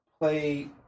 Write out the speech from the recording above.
play